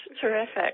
Terrific